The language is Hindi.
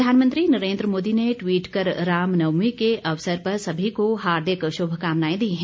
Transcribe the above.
प्रधानमंत्री नरेन्द्र मोदी ने ट्वीट कर रामनवमी के अवसर पर समी को हार्दिक शुभकामनाएं दी हैं